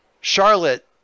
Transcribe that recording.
Charlotte